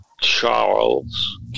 Charles